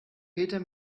peter